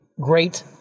Great